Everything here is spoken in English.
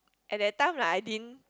at that time lah I didn't